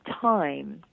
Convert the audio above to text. time